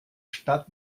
stadt